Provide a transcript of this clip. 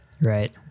right